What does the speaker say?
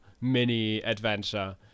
mini-adventure